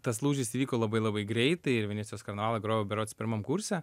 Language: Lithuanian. tas lūžis įvyko labai labai greitai ir venecijos kanalą grojau berods pirmam kurse